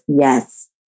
Yes